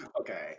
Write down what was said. Okay